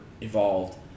evolved